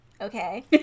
Okay